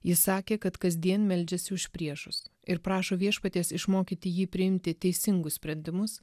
jis sakė kad kasdien meldžiasi už priešus ir prašo viešpaties išmokyti jį priimti teisingus sprendimus